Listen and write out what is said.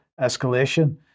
escalation